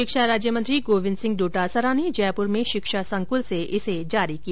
शिक्षा राज्यमंत्री गोविन्द सिंह डोटासरा ने जयपुर में शिक्षा संकुल से इसे जारी किया